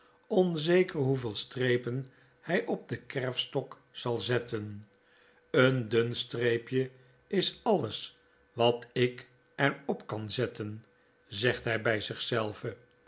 onzeker hoeveel streepen hij op den kerfstok zal zetten een dun streepje is alles wat ik er op kan zetten zegt hy